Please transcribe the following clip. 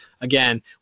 again